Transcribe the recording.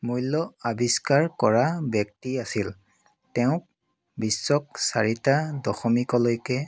মূল্য আৱিষ্কাৰ কৰা ব্যক্তি আছিল তেওঁক বিশ্বক চাৰিটা দশমিকলৈকে